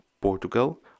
portugal